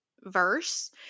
verse